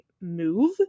move